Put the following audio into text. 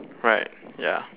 right ya